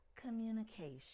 Communication